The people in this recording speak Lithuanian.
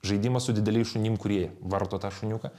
žaidimas su dideliais šunim kurie varto tą šuniuką